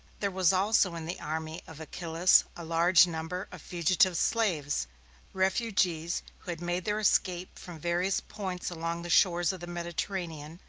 there was also in the army of achillas a large number of fugitive slaves refugees who had made their escape from various points along the shores of the mediterranean,